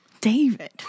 David